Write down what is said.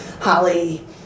Holly